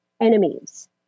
enemies